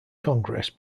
congress